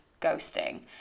ghosting